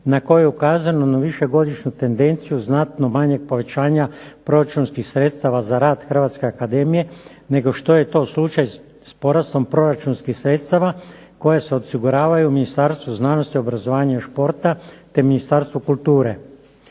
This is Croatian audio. na kojoj je ukazano na višegodišnju tendenciju znatno manjeg povećanja proračunskih sredstava za rad Hrvatske akademije nego što je to slučaj s porastom proračunskih sredstava koja se osiguravaju u Ministarstvu znanosti, obrazovanja i športa te Ministarstvu kulture.